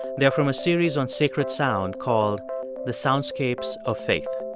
they're from a series on sacred sound called the soundscapes of faith.